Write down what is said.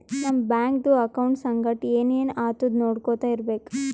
ನಮ್ ಬ್ಯಾಂಕ್ದು ಅಕೌಂಟ್ ಸಂಗಟ್ ಏನ್ ಏನ್ ಆತುದ್ ನೊಡ್ಕೊತಾ ಇರ್ಬೇಕ